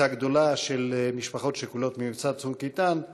קבוצה גדולה של משפחות שכולות ממבצע "צוק איתן".